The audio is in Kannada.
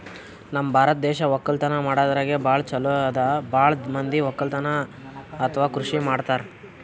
ನಮ್ ಭಾರತ್ ದೇಶ್ ವಕ್ಕಲತನ್ ಮಾಡದ್ರಾಗೆ ಭಾಳ್ ಛಲೋ ಅದಾ ಭಾಳ್ ಮಂದಿ ವಕ್ಕಲತನ್ ಅಥವಾ ಕೃಷಿ ಮಾಡ್ತಾರ್